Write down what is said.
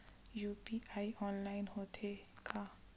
UPI online होथे का?